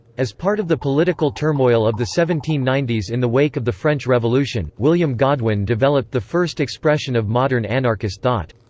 as part of the political turmoil of the seventeen ninety s in the wake of the french revolution, william godwin developed the first expression of modern anarchist thought.